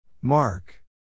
Mark